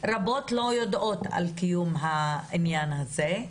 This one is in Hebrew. רבות לא יודעות על קיום העניין הזה,